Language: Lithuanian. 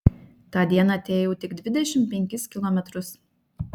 tą dieną teėjau tik dvidešimt penkis kilometrus